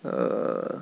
err